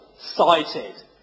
cited